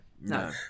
No